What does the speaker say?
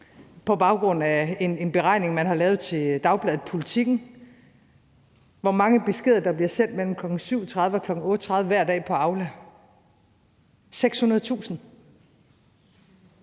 på baggrund af en beregning, man har lavet til dagbladet Politiken, har man fundet ud af, hvor mange beskeder der bliver sendt mellem kl. 7.30 og kl. 8.30 hver dag på Aula. Det er 600.000.